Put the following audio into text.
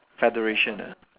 federation ah